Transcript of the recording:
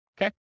Okay